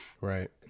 Right